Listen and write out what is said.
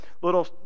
little